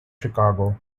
chicago